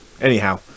anyhow